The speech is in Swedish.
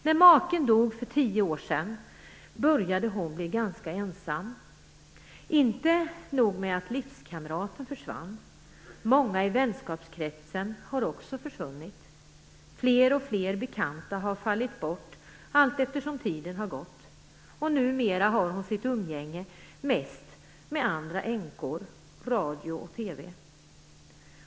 När maken dog för tio år sedan började hon bli ganska ensam. Inte nog med att livskamraten försvann. Många i vänskapskretsen har också försvunnit. Fler och fler bekanta har fallit bort allteftersom tiden har gått, och numera har hon sitt umgänge mest med andra änkor, radio och TV.